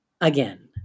again